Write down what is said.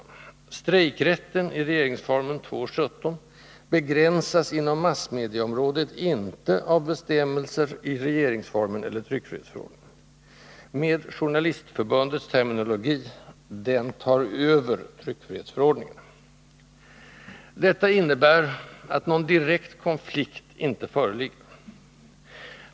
Strejkrätten i regeringsformen 2:17 begränsas inom massmediaområdet inte av bestämmelser i regeringsformen eller tryckfrihetsförordningen. Med Journalistförbundets terminologi: ”Den tar över tryckfrihetsförordningen.” Detta innebär att någon direkt konflikt inte föreligger.